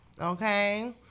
okay